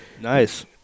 Nice